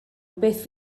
beth